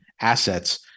assets